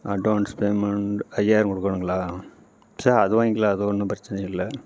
advance payment ஐயாயிரம் கொடுக்கணுங்களா சேரி அது வாங்கிக்கலாம் அது ஒன்றும் பிரச்சனை இல்லை